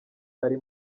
ari